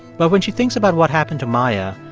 but when she thinks about what happened to maia,